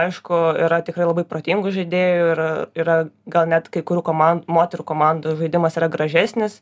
aišku yra tikrai labai protingų žaidėjų ir yra gal net kai kurių koman moterų komandų žaidimas yra gražesnis